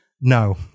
No